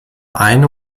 eine